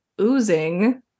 oozing